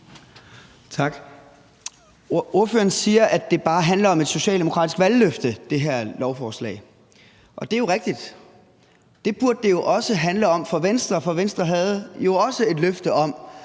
Ordføreren siger, at det her lovforslag bare handler om et socialdemokratisk valgløfte, og det er jo rigtigt. Det burde det også handle om for Venstre, for Venstre havde jo også et løfte om,